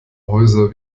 häuser